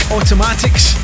Automatic's